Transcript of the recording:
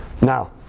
Now